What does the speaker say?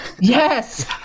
Yes